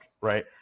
right